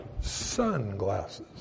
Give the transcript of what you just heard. sunglasses